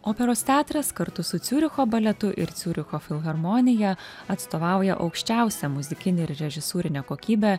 operos teatras kartu su ciuricho baletu ir ciuricho filharmonija atstovauja aukščiausią muzikinę ir režisūrinę kokybę